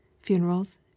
funerals